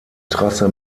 trasse